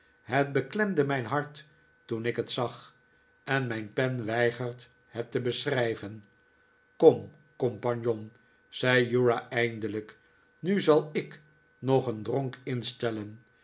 het beklemde mijn hart toen ik het zag en mijn pen weigert het te beschrijven kom compagnon zei uriah eindelijk nu zal i k nog een dronk instellen